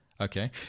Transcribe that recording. okay